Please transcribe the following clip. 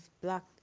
black